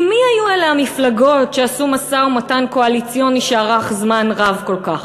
כי מי היו המפלגות שעשו משא-ומתן קואליציוני שארך זמן רב כל כך?